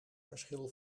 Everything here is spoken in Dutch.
verschil